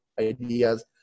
ideas